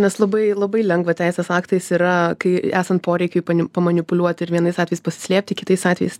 nes labai labai lengva teisės aktais yra kai esant poreikiui panim pamanipuliuoti ir vienais atvejais pasislėpti kitais atvejais